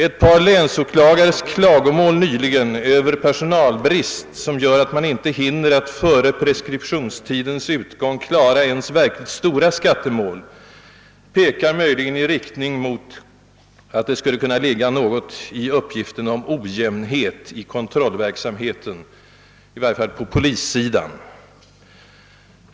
Ett par länsåklagares klagomål nyligen över personalbrist, som gör att man inte hinner att före preskribtionstidens utgång klara ens verkligt stora skatte mål, pekar möjligen i riktning mot att det skulle kunna ligga något i uppgiften om ojämnhet i kontrollverksamheten — i varje fall på polissidan.